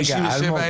רוויזיה מס' 57,